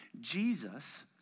Jesus